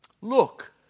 Look